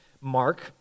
mark